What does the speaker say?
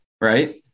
Right